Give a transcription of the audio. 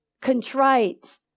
Contrite